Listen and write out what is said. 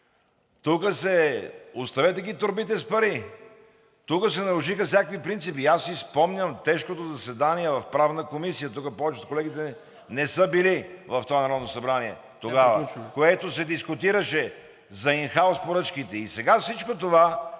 се случи! Оставете ги торбите с пари. Тук се нарушиха всякакви принципи. И аз си спомням тежкото заседание в Правната комисия – тук повечето от колегите не са били в това Народно събрание тогава, в което се дискутираше за ин хаус поръчките. И сега всичко това